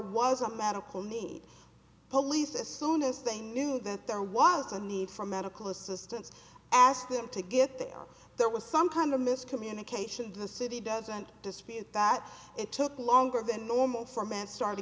was a medical need police as soon as they knew that there was a need for medical assistance asked them to get there there was some kind of miscommunication the city doesn't dispute that it took longer than normal for m